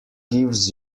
gives